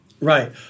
Right